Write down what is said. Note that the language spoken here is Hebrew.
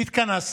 התכנסנו,